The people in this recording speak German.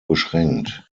beschränkt